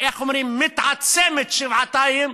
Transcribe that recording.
מתעצמת שבעתיים